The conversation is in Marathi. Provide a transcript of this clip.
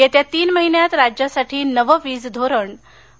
येत्या तीन महिन्यात राज्यासाठी नवं वीज धोरण आणि